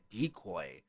decoy